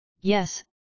Yes